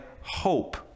hope